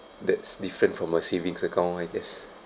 that's different from a savings account I guess